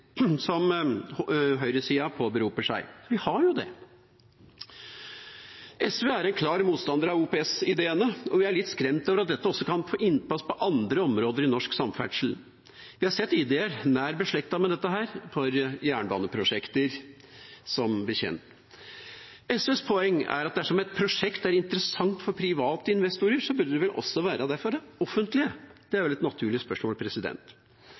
som høyresida påberoper seg. Vi har jo det. SV er en klar motstander av OPS-ideene, og vi er litt skremt over at det også kan få innpass på andre områder i norsk samferdsel. Vi har sett ideer nær beslektet med dette for jernbaneprosjekter, som bekjent. SVs poeng er at dersom et prosjekt er interessant for private investorer, burde det også være det for det offentlige. Det er vel et naturlig spørsmål.